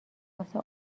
واسه